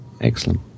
excellent